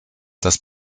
das